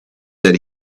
that